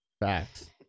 facts